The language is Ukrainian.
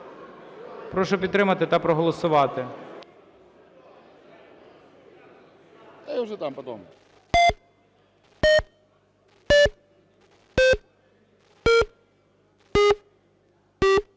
Прошу підтримати та проголосувати.